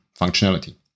functionality